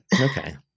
Okay